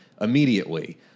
immediately